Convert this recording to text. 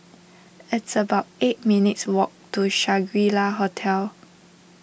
it's about eight minutes' walk to Shangri La Hotel